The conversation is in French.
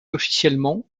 officiellement